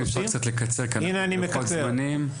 אם אפשר קצת לקצר כי אנחנו בלוחות זמנים צפופים.